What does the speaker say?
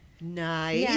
Nice